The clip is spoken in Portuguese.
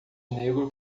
negro